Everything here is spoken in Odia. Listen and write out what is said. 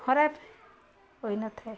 ଖରାପ ହୋଇନଥାଏ